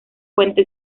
puente